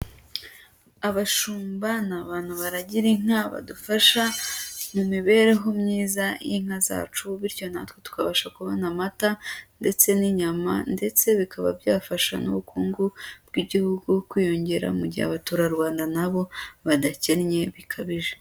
Abashumba ni abantu baragira inka badufasha mu mibereho myiza y'inka zacu bityo natwe tukabasha kubona amata ndetse n'inyama, ndetse bikaba byafasha n'ubukungu bw'igihugu kwiyongera mu gihe abaturarwanda na bo badakennye bikabije.